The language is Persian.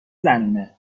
زنونه